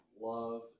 love